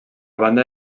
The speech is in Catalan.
banda